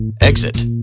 Exit